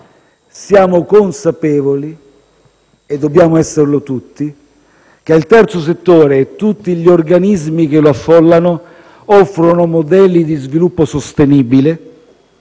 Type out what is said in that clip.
Siamo consapevoli - e dobbiamo esserlo tutti - che il terzo settore e tutti gli organismi che lo affollano offrono modelli di sviluppo sostenibile